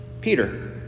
Peter